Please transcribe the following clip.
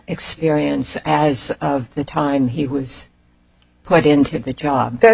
experience as the time he was put into the job that